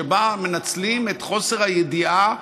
שבה מנצלים את חוסר הידיעה,